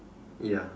ya